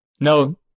No